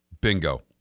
Bingo